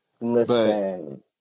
Listen